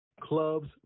Clubs